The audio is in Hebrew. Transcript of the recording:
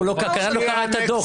הוא כנראה לא קרא את הדוח.